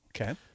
Okay